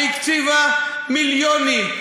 שהקציבה מיליונים,